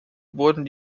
wurden